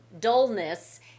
dullness